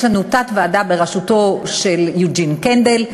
תת-ועדה בראשותו של יוג'ין קנדל,